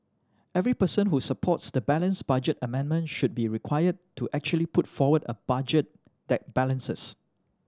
every person who supports the balanced budget amendment should be required to actually put forward a budget that balances